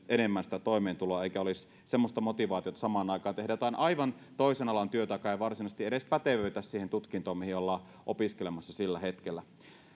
enemmän toimeentuloa eikä olisi semmoista motivaatiota että samaan aikaan tehdään jonkin aivan toisen alan työtä joka ei varsinaisesti edes pätevöitä siihen tutkintoon mihin ollaan opiskelemassa sillä hetkellä